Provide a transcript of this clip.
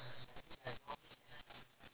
harley-davidson